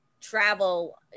travel